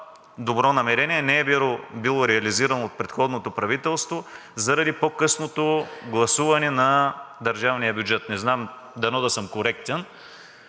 добро намерение не е било реализирано от предходното правителство заради по-късното гласуване на държавния бюджет. Не знам, дано да съм коректен.